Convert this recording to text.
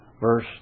Verse